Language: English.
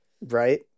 Right